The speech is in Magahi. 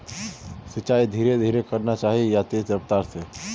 सिंचाई धीरे धीरे करना चही या तेज रफ्तार से?